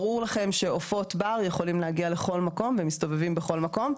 ברור לכם שעופות בר יכולים להגיע לכל מקום והם מסתובבים בכל מקום.